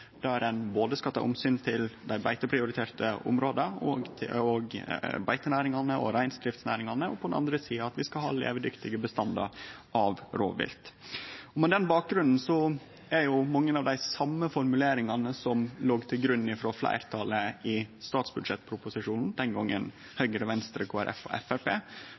Ein skal ta omsyn både til dei beiteprioriterte områda, beitenæringane og reindriftsnæringane og på den andre sida til at vi skal ha levedyktige bestandar av rovvilt. Med den bakgrunnen er mange av dei same formuleringane som låg til grunn frå fleirtalet i statsbudsjettproposisjonen den gongen – Høgre, Venstre, Kristeleg Folkeparti og